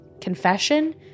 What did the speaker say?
confession